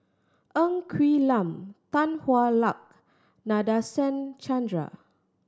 Ng Quee Lam Tan Hwa Luck Nadasen Chandra